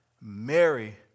Mary